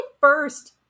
first